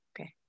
Okay